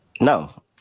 No